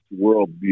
worldview